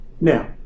Now